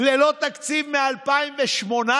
ללא תקציב מ-2018?